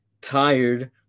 tired